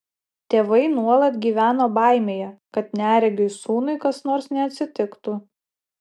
tėvai nuolat gyveno baimėje kad neregiui sūnui kas nors neatsitiktų